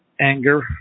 anger